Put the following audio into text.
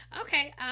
Okay